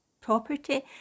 property